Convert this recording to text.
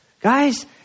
Guys